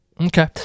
Okay